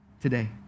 today